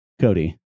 Cody